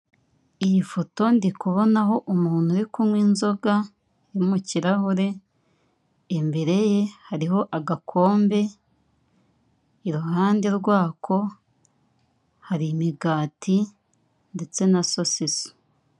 Iyi foto ndikubonaho umuntu uri kunywa inzoga, iri mu kirahure. Imbre ye hariho agakombe, iruhande rwako hari imigati ndetse na sosiso.